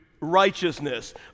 righteousness